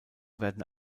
werden